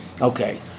Okay